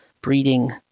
breeding